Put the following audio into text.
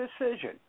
decision